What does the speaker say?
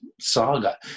saga